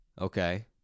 Okay